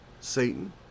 Satan